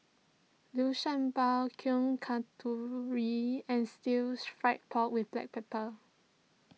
Liu Sha Bao Kuih Kasturi and Stir Fried Pork with Black Pepper